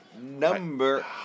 Number